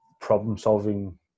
problem-solving